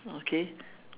okay